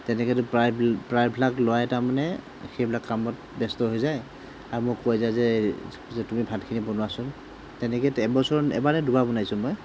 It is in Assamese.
তেনেকৈতো প্ৰায় প্ৰায়বিলাক ল'ৰাই তাৰমানে সেইবিলাক কামত ব্যস্ত হৈ যায় আৰু মোক কৈ যায় যে তুমি ভাতখিনি বনোৱাচোন তেনেকৈ এবছৰ এবাৰ নে দুবাৰ বনাইছোঁ মই